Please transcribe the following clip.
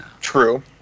True